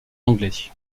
anglais